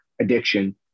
addiction